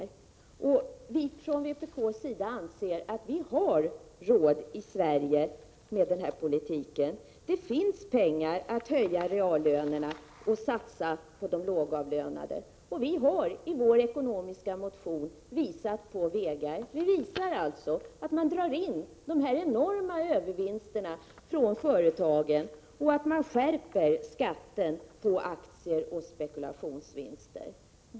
Från vpk:s sida anser vi att vi i Sverige har råd med den politiken. Det finns pengar till att höja reallönerna och satsa på de lågavlönade, och vi har i vår ekonomiska motion visat på vägar; vi visar på möjligheterna att dra in de enorma övervinsterna från företagen och att skärpa skatten på aktier och spekulationsvinster.